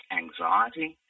anxiety